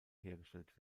hergestellt